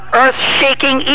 earth-shaking